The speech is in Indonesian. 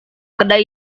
kedai